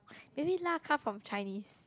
maybe lah come from Chinese